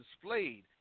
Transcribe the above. displayed